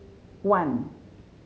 one